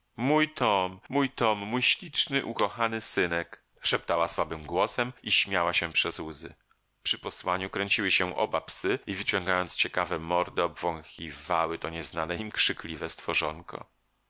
mój tom mój tom mój śliczny ukochany synek szeptała słabym głosem i śmiała się przez łzy przy posłaniu kręciły się oba psy i wyciągając ciekawe mordy obwąchiwały to nieznane im krzykliwe stworzonko